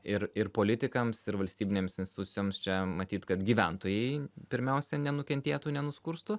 ir ir politikams ir valstybinėms institucijoms čia matyt kad gyventojai pirmiausia nenukentėtų nenuskurstų